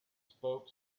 spoke